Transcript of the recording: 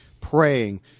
praying